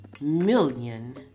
million